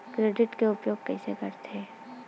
Credit के उपयोग कइसे करथे?